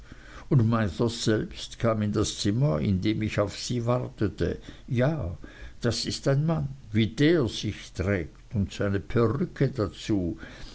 und mithers selbst kam in das zimmer in dem ich auf sie wartete ja das ist ein mann wie der sich trägt und seine perücke dazu